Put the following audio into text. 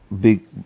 Big